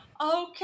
Okay